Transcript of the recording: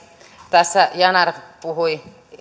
tässä yanar puhui